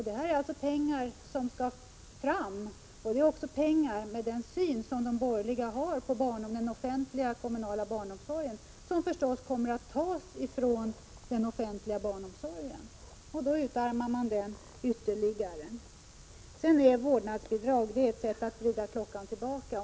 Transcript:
Det är pengar som skall tas fram, och med den syn som de borgerliga har på den offentliga och kommunala barnomsorgen skall dessa pengar naturligtvis tas från den offentliga barnomsorgen. Då utarmar man den ytterligare. Dessutom är vårdnadsbidrag ett sätt att vrida klockan tillbaka.